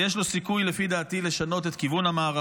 ולפי דעתי יש לו סיכוי לשנות את כיוון המערכה.